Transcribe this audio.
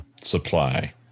supply